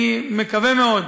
אני מקווה מאוד,